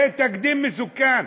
זה תקדים מסוכן.